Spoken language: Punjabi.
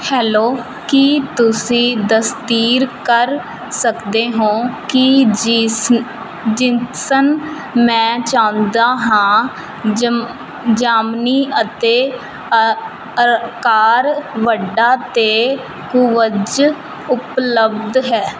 ਹੈਲੋ ਕੀ ਤੁਸੀਂ ਤਸਦੀਕ ਕਰ ਸਕਦੇ ਹੋਂ ਕਿ ਜੀਸਨ ਜਿਨਸਨ ਮੈਂ ਚਾਹੁੰਦਾ ਹਾਂ ਜਮ ਜਾਮਨੀ ਅਤੇ ਅ ਅਕਾਰ ਵੱਡਾ ਅਤੇ ਕੂਵਜ਼ ਉਪਲੱਬਧ ਹੈ